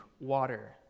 water